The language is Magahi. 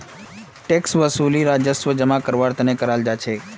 टैक्स वसूली राजस्व जमा करवार तने कराल जा छे